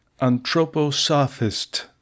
anthroposophist